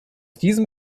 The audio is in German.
diesem